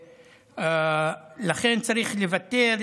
ולכן צריך לבטל